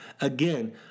Again